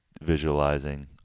visualizing